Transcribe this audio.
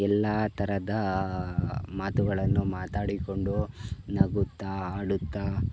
ಎಲ್ಲ ಥರದ ಮಾತುಗಳನ್ನು ಮಾತಾಡಿಕೊಂಡು ನಗುತ್ತಾ ಅಳುತ್ತಾ